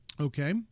Okay